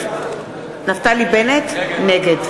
נגד